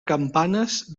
campanes